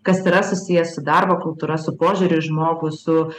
kas yra susiję su darbo kultūra su požiūriu į žmogų su